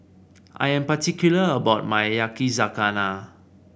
I'm particular about my Yakizakana